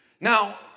Now